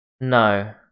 No